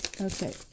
Okay